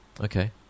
Okay